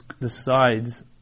decides